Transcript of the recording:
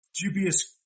Dubious